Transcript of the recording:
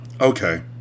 okay